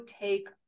take